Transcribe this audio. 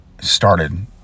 started